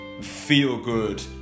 feel-good